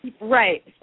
Right